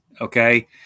Okay